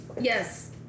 Yes